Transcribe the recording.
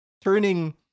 turning